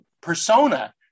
persona